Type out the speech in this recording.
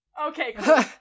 okay